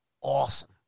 awesome